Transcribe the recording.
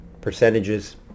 percentages